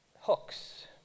hooks